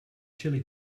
chili